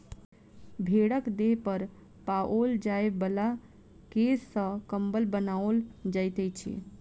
भेंड़क देह पर पाओल जाय बला केश सॅ कम्बल बनाओल जाइत छै